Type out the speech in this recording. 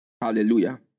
Hallelujah